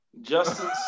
Justin